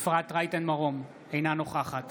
אפרת רייטן מרום, אינה נוכחת